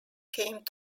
came